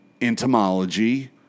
entomology